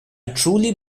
truly